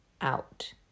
out